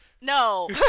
No